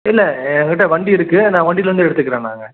இல்லை என்கிட்ட வண்டி இருக்கு நான் வண்டியில வந்து எடுத்துக்குறேன் நாங்கள்